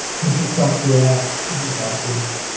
infrastructure, yeah new buses,